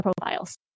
profiles